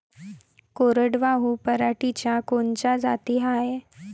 कोरडवाहू पराटीच्या कोनच्या जाती हाये?